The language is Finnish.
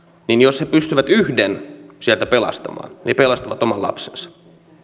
niin jos he pystyvät yhden sieltä pelastamaan niin pelastavat oman lapsensa